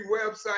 website